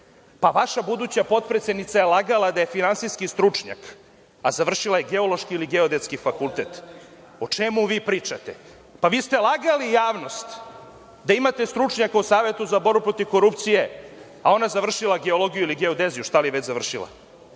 narod. Vaša buduća potpredsednica je lagala da je finansijski stručnjak, a završila je geološki ili geodetski fakultet. O čemu vi pričate? Lagali ste javnost da imate stručnjaka u Savetu za borbu protiv korupcije, a ona završila geologiju ili geodeziju, šta li je već završila.